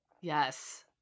Yes